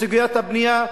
בסוגיית הבנייה,